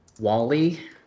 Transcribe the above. Wally